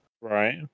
Right